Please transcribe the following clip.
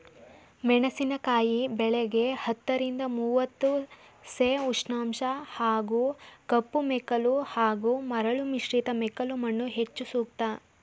ಮೆಣಸಿನಕಾಯಿ ಬೆಳೆಗೆ ಹತ್ತರಿಂದ ಮೂವತ್ತು ಸೆ ಉಷ್ಣಾಂಶ ಹಾಗೂ ಕಪ್ಪುಮೆಕ್ಕಲು ಹಾಗೂ ಮರಳು ಮಿಶ್ರಿತ ಮೆಕ್ಕಲುಮಣ್ಣು ಹೆಚ್ಚು ಸೂಕ್ತ